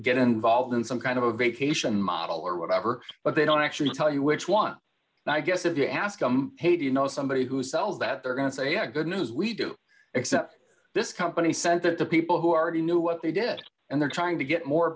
get involved in some kind of a vacation model or whatever but they don't actually tell you which one and i guess if you ask them hey do you know somebody who sells that they're going to say yeah good news we do except this company sent it to people who are you know what they did and they're trying to get more